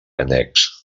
annex